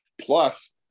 Plus